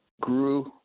grew